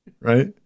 right